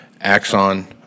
Axon